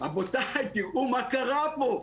תראו מה קרה פה.